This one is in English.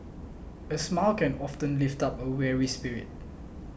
a smile can often lift up a weary spirit